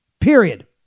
Period